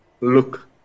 look